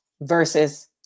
versus